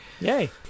Yay